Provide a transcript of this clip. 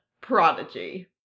prodigy